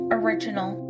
original